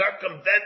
circumvent